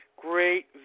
great